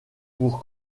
pour